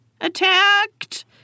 attacked